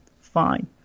fine